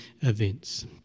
events